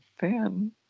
fan